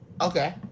okay